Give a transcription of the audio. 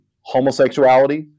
homosexuality